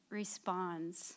responds